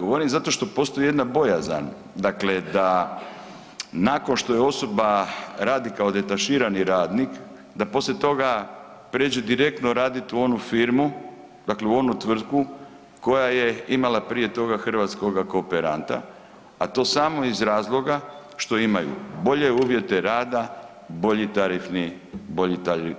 Govorim zato što postoji jedna bojazan, dakle da nakon što je osoba radi kao detaširani radnik, da poslije toga prijeđe direktno raditi u onu firmu, dakle u onu tvrtku koja je imala prije toga hrvatskoga kooperanta, a to samo iz razloga što imaju bolje uvjete rada, bolji